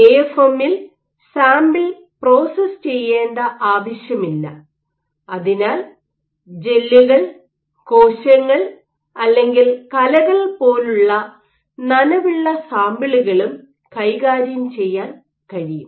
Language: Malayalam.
എഎഫ്എം മ്മിൽ സാമ്പിൾ പ്രോസസ്സ് ചെയ്യേണ്ട ആവശ്യമില്ല അതിനാൽ ജെല്ലുകൾ കോശങ്ങൾ അല്ലെങ്കിൽ കലകൾ gels cells or tissues പോലുള്ള നനവുള്ള സാമ്പിളുകളും കൈകാര്യം ചെയ്യാൻ കഴിയും